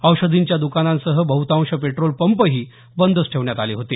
औषधींच्या दुकानांसह बहुतांश पेट्रोल पंपही बंदच ठेवण्यात आले होते